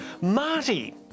Marty